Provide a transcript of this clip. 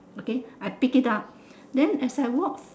okay I pick it up then as I walk